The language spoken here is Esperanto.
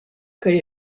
kaj